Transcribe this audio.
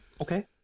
Okay